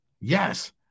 Yes